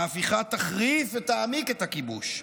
ההפיכה תחריף ותעמיק את הכיבוש,